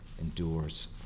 endures